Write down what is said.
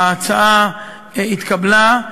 ההצעה התקבלה,